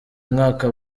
umwaka